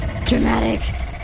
Dramatic